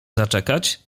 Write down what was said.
zaczekać